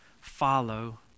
follow